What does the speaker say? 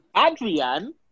Adrian